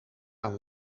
een